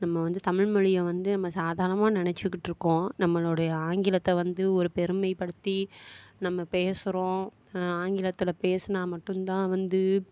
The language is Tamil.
நம்ம வந்து தமிழ் மொழியை வந்து நம்ம சாதாரணமாக நினைச்சிக்கிட்ருக்கோம் நம்மளுடைய ஆங்கிலத்தை வந்து ஒரு பெருமைப்படுத்தி நம்ம பேசுகிறோம் ஆங்கிலத்தில் பேசுனால் மட்டும் தான் வந்து